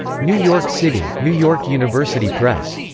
new york city new york university press.